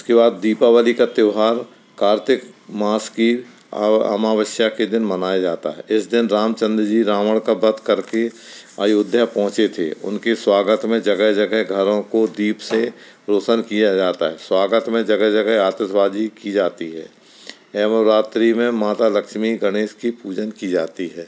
इसके बाद दीपावली का त्योहार कार्तिक मास की अमा अमावस्या के दिन मनाया जाता है इस दिन रामचन्द्र जी रावण का वध करके अयोध्या पहुँचे थे उनके स्वागत में जगह जगह घरों को दीप से रौशन किया जाता है स्वागत में जगह जगह आतिशबाजी की जाती है एवम रात्रि में माता लक्ष्मी गणेश की पूजन की जाती है